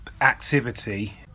activity